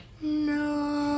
no